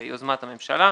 ביוזמת הממשלה,